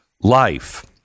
life